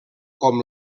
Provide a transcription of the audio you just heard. com